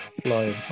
flying